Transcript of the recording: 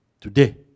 today